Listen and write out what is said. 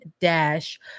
dash